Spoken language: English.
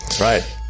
right